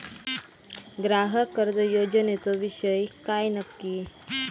ग्राहक कर्ज योजनेचो विषय काय नक्की?